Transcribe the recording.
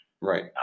Right